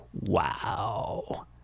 Wow